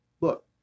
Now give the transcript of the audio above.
look